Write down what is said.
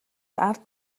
ард